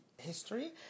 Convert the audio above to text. history